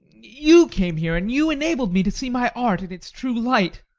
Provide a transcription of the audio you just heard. you came here, and you enabled me to see my art in its true light.